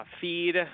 feed